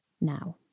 now